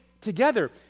together